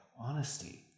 honesty